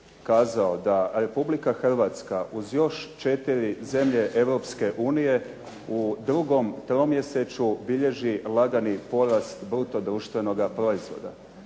kazao da Republika Hrvatska, uz još četiri zemlje Europske unije, u drugom tromjesečju bilježi lagani porast bruto društvenoga proizvoda.